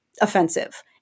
offensive